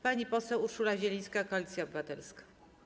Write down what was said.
Pani poseł Urszula Zielińska, Koalicja Obywatelska.